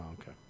okay